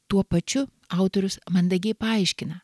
tuo pačiu autorius mandagiai paaiškina